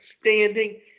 standing